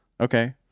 Okay